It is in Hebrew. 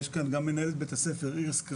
גם מנהלת הבית ספר איריס,